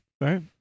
Right